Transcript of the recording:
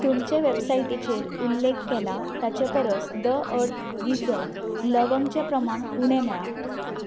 तुमचे वेबसाइटीचेर उल्लेख केला ताचे परस द अर्थ रिजर्व लवंगाचें प्रमाण उणें मेळ्ळां